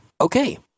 Okay